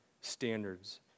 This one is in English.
standards